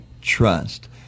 trust